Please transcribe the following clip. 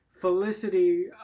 Felicity